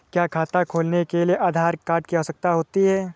क्या खाता खोलने के लिए आधार कार्ड की आवश्यकता होती है?